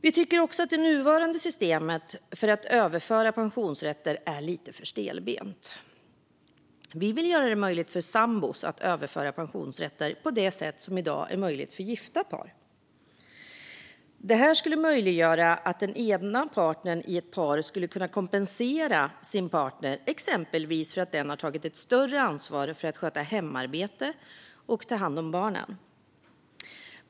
Vi tycker också att det nuvarande systemet för att överföra pensionsrätter är lite för stelbent. Vi vill göra det möjligt för sambor att överföra pensionsrätter på det sätt som i dag är möjligt för gifta par. Det här skulle möjliggöra för den ena parten i ett par att kompensera sin partner exempelvis för att den har tagit ett större ansvar för att sköta hemarbete och ta hand om barnen.